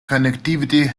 connectivity